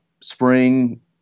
Spring